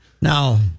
Now